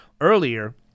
earlier